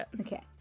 Okay